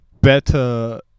better